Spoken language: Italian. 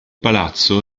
palazzo